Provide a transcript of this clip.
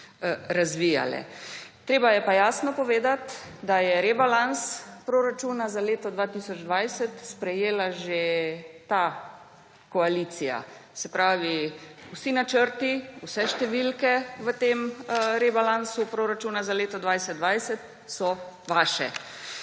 razvijale. Treba je pa jasno povedati, da je rebalans proračuna za leto 2020 sprejela že ta koalicija, se pravi, vsi načrti, vse številke v tem rebalansu proračuna za leto 2020 so vaše.